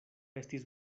estis